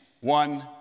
one